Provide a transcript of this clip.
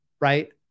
Right